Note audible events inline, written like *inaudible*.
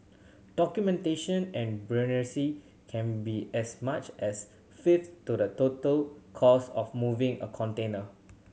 documentation and *unintelligible* can be as much as a fifth to the total cost of moving a container